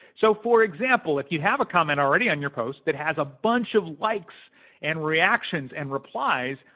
so for example, if you have a comment already on your post that has a bunch of likes and reactions and replies,